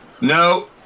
No